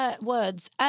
Words